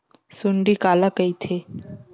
सुंडी काला कइथे?